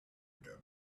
again